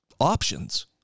options